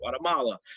Guatemala